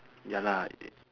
ya lah